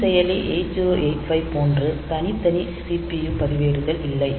நுண்செயலி 8085 போன்று தனித்தனி CPU பதிவேடுகள் இல்லை